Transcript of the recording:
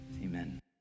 Amen